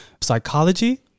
psychology